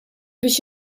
biex